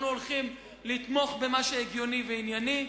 אנחנו הולכים לתמוך במה שהגיוני וענייני,